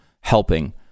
helping